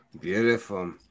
Beautiful